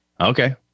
Okay